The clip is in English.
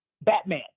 Batman